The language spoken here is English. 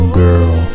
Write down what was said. girl